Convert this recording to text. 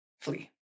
flee